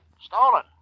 Stolen